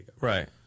Right